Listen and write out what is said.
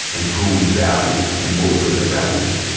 and who we value, and what we place our value in?